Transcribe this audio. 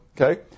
okay